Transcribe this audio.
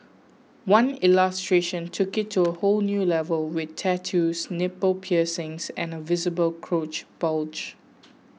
one illustration took it to a whole new level with tattoos nipple piercings and a visible crotch bulge